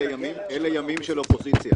של הקואליציה,